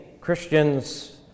Christians